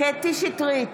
קטי קטרין שטרית,